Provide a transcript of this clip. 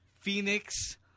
Phoenix